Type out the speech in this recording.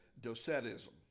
docetism